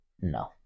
No